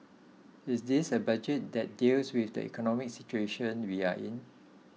is this a budget that deals with the economic situation we are in